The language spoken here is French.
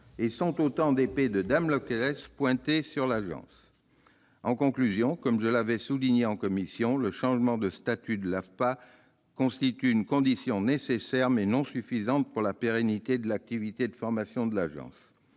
et seront autant d'épées de Damoclès à l'avenir. En conclusion, comme je l'ai souligné devant la commission, le changement de statut de l'AFPA constitue une condition nécessaire, mais non suffisante pour assurer la pérennité de l'activité de formation de l'Agence.